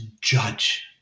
judge